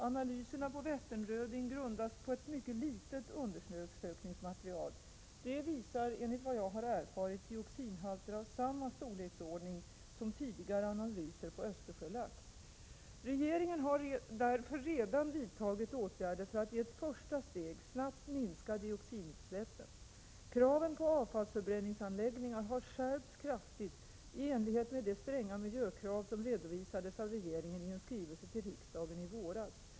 Analyserna på Vätternröding grundas på ett mycket litet undersökningsmaterial. De visar — enligt vad jag erfarit — dioxinhalter av samma storleksordning som tidigare analyser på Östersjölax. Regeringen har därför redan vidtagit åtgärder för att i ett första steg snabbt minska dioxinutsläppen. Kraven på avfallsförbränningsanläggningar har skärpts kraftigt i enlighet med de stränga miljökrav som redovisades av regeringen i en skrivelse till riksdagen i våras.